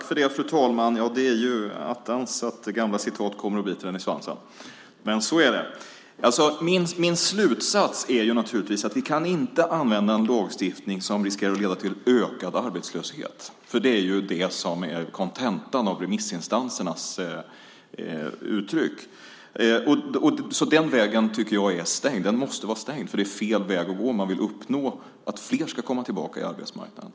Fru talman! Det är ju attans att gamla citat kommer och biter en i svansen! Men så är det. Min slutsats är naturligtvis att vi inte kan använda en lagstiftning som kommer att leda till ökad arbetslöshet. Det är det som är kontentan av det som remissinstanserna uttryckt. Den vägen måste vara stängd. Det är fel väg att gå om man vill uppnå att fler ska komma tillbaka till arbetsmarknaden.